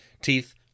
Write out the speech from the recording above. Teeth